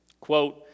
quote